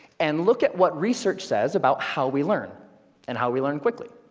and look at what research says about how we learn and how we learn quickly.